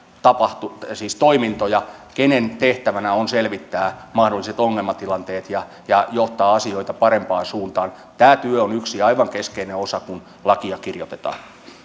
toimintoja kenen tehtävänä on selvittää mahdolliset ongelmatilanteet ja ja johtaa asioita parempaan suuntaan tämä työ on yksi aivan keskeinen osa kun lakia kirjoitetaan